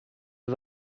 are